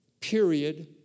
period